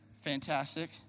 Fantastic